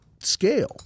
scale